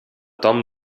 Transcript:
tom